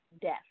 death